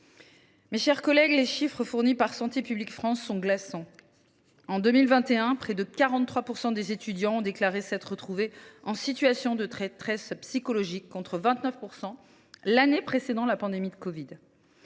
Mes chers collègues, les chiffres fournis par Santé publique France sont glaçants. En 2021, près de 43 % des étudiants ont déclaré s’être retrouvés en situation de détresse psychologique, contre 29 % l’année précédant la pandémie de covid